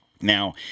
Now